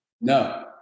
No